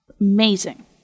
Amazing